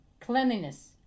Cleanliness